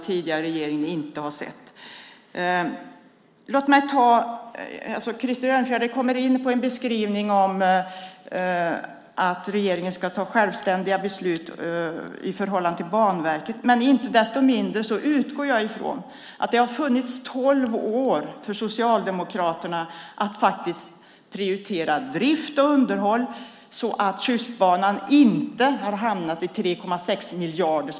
Krister Örnfjäder kommer in på att regeringen ska fatta självständiga beslut i förhållande till Banverket. Men om Socialdemokraterna under de tolv år som de hade på sig hade prioriterat drift och underhåll hade Tjustbanan inte hamnat i ett behov av 3,6 miljarder.